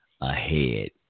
ahead